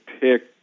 pick